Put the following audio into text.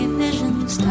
visions